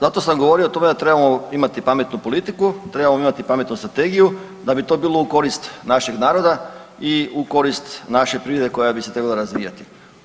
Da, zato sam govorio o tome da trebamo imati pametnu politiku, trebamo imati pametnu strategiju da bi to bilo u korist našeg naroda i u korist naše privrede koja bi se trebala razvijati.